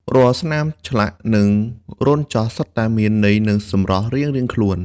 រាល់ស្នាមឆ្លាក់ និងរន្ធចោះសុទ្ធតែមានន័យនិងសម្រស់រៀងៗខ្លួន។